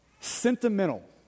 sentimental